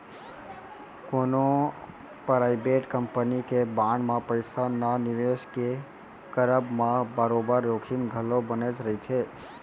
कोनो private company के bond म पइसा न निवेस के करब म बरोबर जोखिम घलौ बनेच रहिथे